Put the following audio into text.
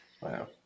Wow